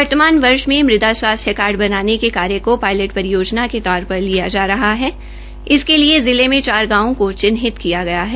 वर्तमान वर्ष में मृदा स्वास्थ्य कार्ड बनाने के कार्य को पायलट योजना के तौर पर लिया जा रहा है इसके लिये जिले में चार गांवों को चिन्हित किया गया है